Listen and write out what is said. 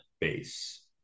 base